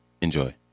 enjoy